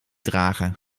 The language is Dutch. dragen